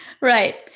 Right